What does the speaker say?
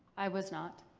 i was not.